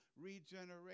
regeneration